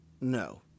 No